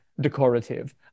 decorative